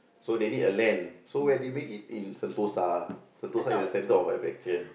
so they need a land so where they make it in Sentosa Sentosa is the center of attraction